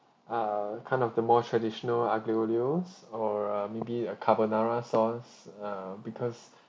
err kind of the more traditional aglio olio or uh maybe a carbonara sauce uh because